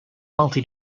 multi